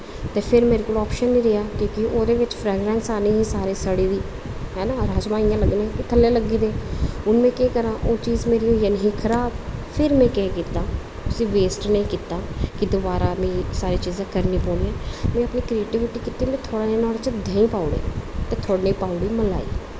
ते फिर मेरे कोल आप्शन निं रेहा क्योंकि ओह्दे बिच्च फ्रैगनैंस आनी ही सारे सड़ी दी है ना राजमांह् इ'यां लग्गने हे कि थल्लै लग्गी दे हून में केह् करां ओह् चीज़ मेरी होई जानी ही खराब फिर में केह् कीता उसी वेस्ट निं कीता कि दबारा में सारियां चीजां करनियां पौनियां में अपनी क्रियेटिविटी कीती नोहाड़े बिच्च थोह्ड़ा देहीं पाई ओड़ेआ ते थोह्ड़ी नेही पाई ओड़ी मलाई